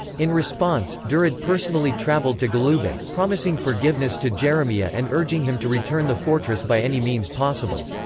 in response, durad personally travelled to golubac, promising forgiveness to jeremija and urging him to return the fortress by any means possible.